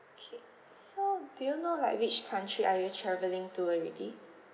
okay so do you know like which country are you travelling to already